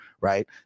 right